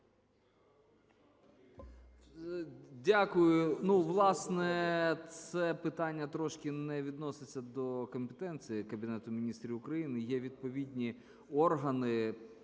Дякую. Ну, власне, це питання трошки не відноситься до компетенції Кабінету Міністрів України, є відповідні органи,